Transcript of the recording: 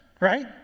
Right